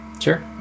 Sure